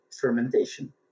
fermentation